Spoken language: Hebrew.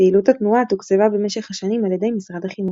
פעילות התנועה תוקצבה במשך השנים על ידי משרד החינוך.